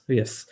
yes